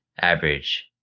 average